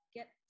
get